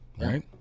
Right